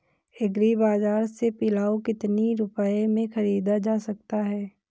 Agree बाजार से पिलाऊ कितनी रुपये में ख़रीदा जा सकता है?